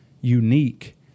unique